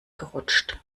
gerutscht